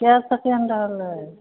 कए सेकेण्ड रहलै